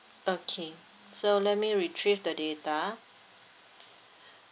okay so let me retrieve the data